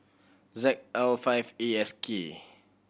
Z L five A S K